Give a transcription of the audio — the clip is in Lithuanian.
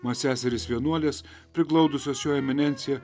mat seserys vienuolės priglaudusios jo eminenciją